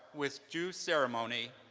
with due ceremony,